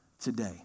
today